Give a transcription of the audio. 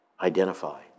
identify